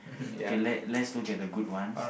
okay let let's look at the good ones